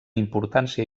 importància